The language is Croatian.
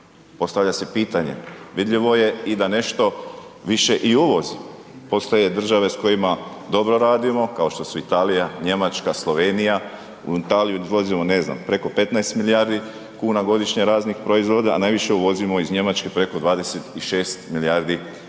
postavlja se pitanje. Vidljivo je i da nešto više i uvozimo. Postoje države s kojima dobro radimo, kao što su Italija, Njemačka, Slovenija. U Italiju izvozimo ne znam preko 15 milijardi kuna godišnje raznih proizvoda a najviše uvozimo iz Njemačke preko 26 milijardi kuna